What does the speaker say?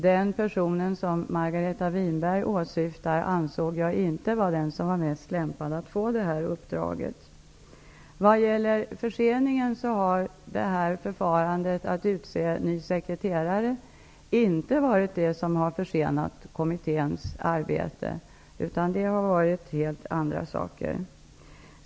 Den person som Margareta Winberg åsyftar ansåg jag inte vara den som var mest lämpad att få detta uppdrag. Det är inte detta förfarande att utse ny sekreterare som har varit det som har försenat kommitténs arbete, utan det är helt andra saker.